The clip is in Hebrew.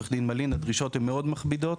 עו"ד מלין: הדרישות הן מאוד מכבידות.